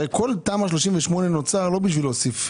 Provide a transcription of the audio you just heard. הרי כל תמ"א 38 נוצר לא בשביל להוסיף